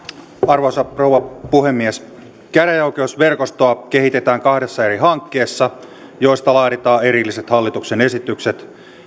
arvoisa rouva puhemies käräjäoikeusverkostoa kehitetään kahdessa eri hankkeessa joista laaditaan erilliset hallituksen esitykset